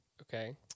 Okay